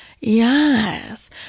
Yes